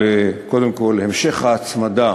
קודם כול, המשך ההצמדה